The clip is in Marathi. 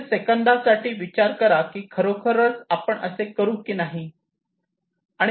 फक्त सेकंदासाठी विचार करा की खरोखर आपण असे करू की नाही